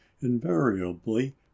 invariably